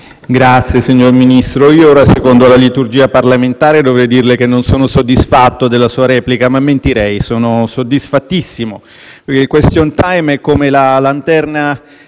Signor Ministro, secondo la liturgia parlamentare ora dovrei dirle di non essere soddisfatto della sua replica, ma mentirei: sono soddisfattissimo. Il *question time* è come la lanterna